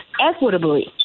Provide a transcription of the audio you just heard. equitably